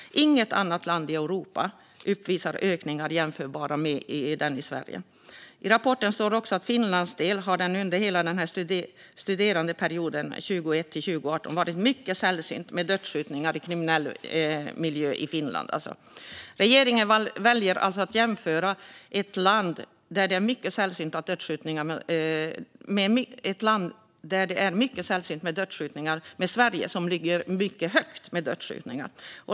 Inget annat land i Europa uppvisar ökningar jämförbara med den i Sverige. I rapporten framgår också att för Finlands del har det under hela den studerade perioden, 2001-2018, varit mycket sällsynt med dödsskjutningar i kriminell miljö i Finland. Regeringen väljer alltså att jämföra ett land där det är mycket sällsynt med dödsskjutningar med Sverige, som ligger mycket högt gällande dödsskjutningar.